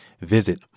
Visit